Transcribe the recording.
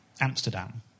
Amsterdam